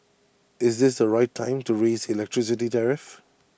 is this the right time to raise the electricity tariff